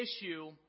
issue